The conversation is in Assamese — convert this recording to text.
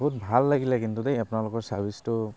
বহুত ভাল লাগিলে কিন্তু দেই আপোনালোকৰ ছাৰ্ভিচটো